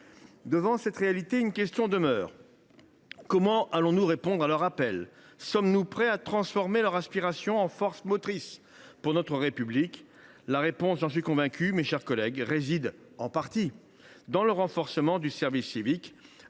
Devant cette réalité, des questions demeurent. Comment allons nous répondre à l’appel de nos jeunes ? Sommes nous prêts à transformer leur aspiration en une force motrice pour notre République ? La réponse – j’en suis convaincu, mes chers collègues – réside en partie dans le renforcement du service civique.